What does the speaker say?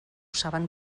saben